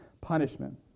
punishment